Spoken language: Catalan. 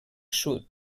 sud